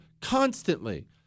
Constantly